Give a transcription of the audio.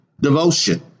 devotion